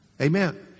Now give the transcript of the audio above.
Amen